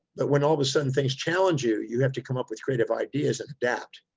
but when all of a sudden things challenge you, you have to come up with creative ideas and adapt.